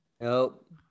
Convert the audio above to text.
Nope